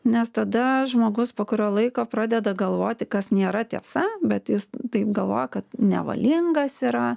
nes tada žmogus po kurio laiko pradeda galvoti kas nėra tiesa bet jis taip galvoja kad nevalingas yra